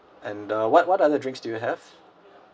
and uh what what other drinks do you have